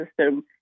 system